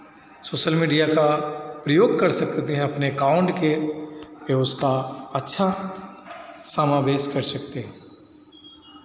social media का प्रयोग कर सकते हैं अपने अकाउंट के में उसका अच्छा समावेश कर सकते हैं